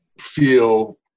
feel